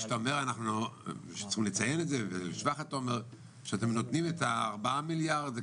כשאתה אומר שאתם נותנים את הארבעה מיליארד שקלים,